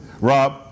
Rob